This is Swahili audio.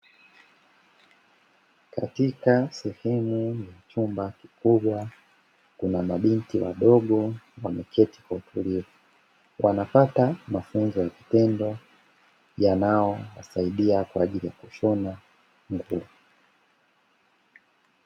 Katika sehemu ya chumba kid